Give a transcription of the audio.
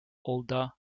older